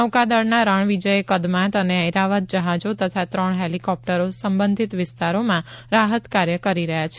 નૌકાદળના રણવિજય કદમાત અને ઐરાવત જહાજો તથા ત્રણ હેલીકોપ્ટરો સંબંધીત વિસ્તારમાં રાહત કાર્ય કરી રહ્યા છે